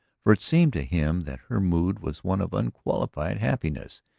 for it seemed to him that her mood was one of unqualified happiness.